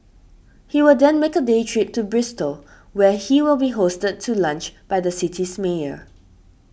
he will then make a day trip to Bristol where he will be hosted to lunch by the city's mayor